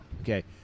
Okay